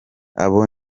abo